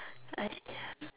I